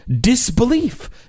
disbelief